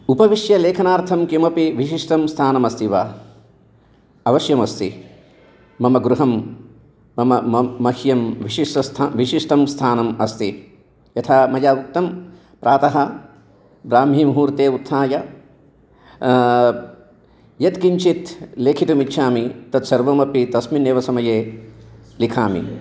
उपविश्य लेखनार्थं किमपि विशिष्टं स्थानमस्ति व आवश्यमस्ति मम गृहं मम म मह्यं विशिष्टं स्थानं विशिष्टं स्थानम् अस्ति यथा मया उक्तं प्रातः ब्राह्मी मुहूर्ते उत्थाय यत् किञ्चित् लेखितुम् इच्छामि तत्सर्वमपि तस्मिन्नेव समये लिखामि